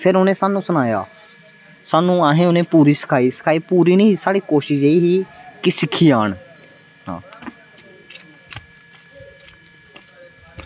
फिर उनें सानू सनाया सानू असें उनें पूरी सखाई सखाई पूरी नेईं साढ़ी कोशिश एह् ही कि सिक्खी जान आं